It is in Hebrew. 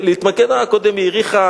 קודם היא האריכה,